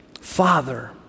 Father